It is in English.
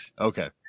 okay